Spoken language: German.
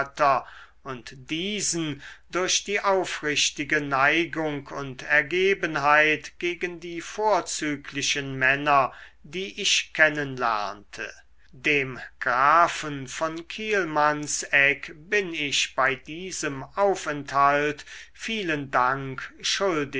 und diesen durch die aufrichtige neigung und ergebenheit gegen die vorzüglichen männer die ich kennen lernte dem grafen von kielmannsegg bin ich bei diesem aufenthalt vielen dank